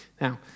Now